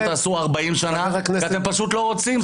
לא תעשו 40 שנים כי אתם פשוט לא רוצים.